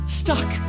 stuck